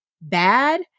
bad